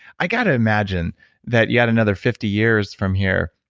i got to imagine that you had another fifty years from here.